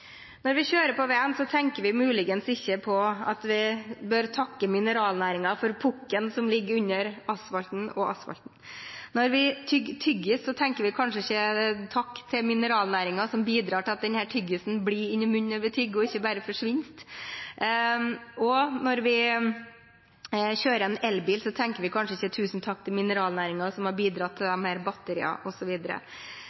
bør takke mineralnæringen for pukken som ligger under asfalten, og for asfalten. Når vi tygger «tyggis», tenker vi kanskje ikke på å takke mineralnæringen, som bidrar til at «tyggisen» blir inne i munnen når vi tygger, og ikke bare forsvinner. Og når vi kjører en elbil, tenker vi kanskje ikke på å si tusen takk til mineralnæringen, som har bidratt til